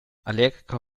allergiker